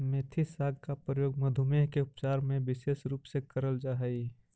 मेथी साग का प्रयोग मधुमेह के उपचार में विशेष रूप से करल जा हई